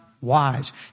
wise